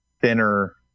thinner